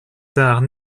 tard